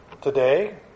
today